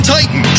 Titan